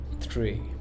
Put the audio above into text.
three